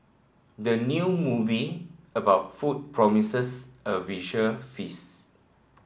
the new movie about food promises a visual feast